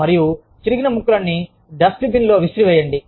మరియు చిరిగిన ముక్కలన్ని డస్ట్బిన్లోకి విసిరివేయండి